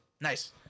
Nice